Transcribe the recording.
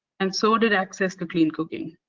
and so did access to clean cooking.